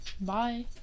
Bye